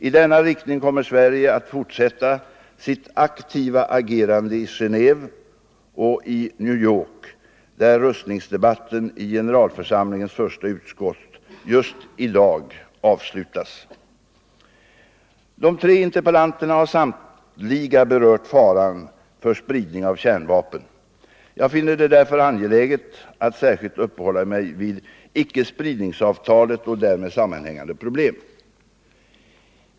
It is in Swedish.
I denna riktning kommer Sverige att fortsätta sitt aktiva agerande i Genéve och i New York, där nedrustningsdebatten i generalförsamlingens första utskott just i dag avslutas. De tre interpellationerna har samtliga berört faran för spridning av kärnvapen. Jag finner det därför angeläget att särskilt uppehålla mig vid icke-spridningsavtalet och därmed sammanhängande problem.